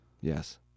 Yes